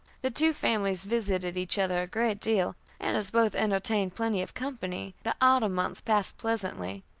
the two families visited each other a great deal, and as both entertained plenty of company, the autumn months passed pleasantly.